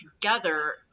together